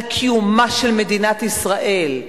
על קיומה של מדינת ישראל,